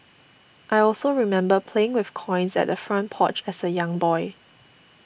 I also remember playing with coins at the front porch as a young boy